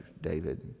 David